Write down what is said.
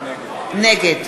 נגד